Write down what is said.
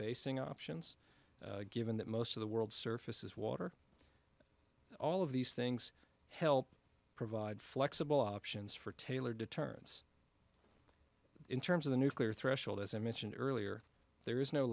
basing options given that most of the world surface is water all of these things help provide flexible options for taylor determines in terms of the nuclear threshold as i mentioned earlier there is no